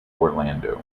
orlando